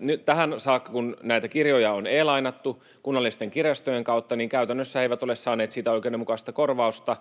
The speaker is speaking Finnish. Nyt tähän saakka, kun näitä kirjoja on e-lainattu kunnallisten kirjastojen kautta, kirjailijat eivät käytännössä ole saaneet siitä oikeudenmukaista korvausta,